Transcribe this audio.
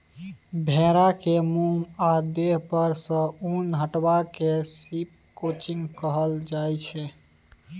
भेड़ा केर मुँह आ देह पर सँ उन हटेबा केँ शिप क्रंचिंग कहल जाइ छै